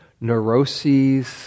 neuroses